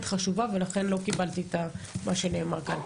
חשובה ולכן לא קיבלתי את מה שנאמר כאן.